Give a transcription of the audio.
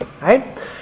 right